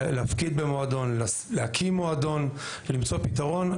להפקיד במועדון, להקים מועדון, ולמצוא פתרון.